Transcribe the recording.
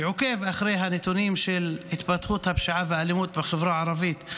שעוקב אחרי הנתונים של התפתחות הפשיעה והאלימות בחברה הערבית.